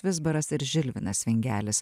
vizbaras ir žilvinas vingelis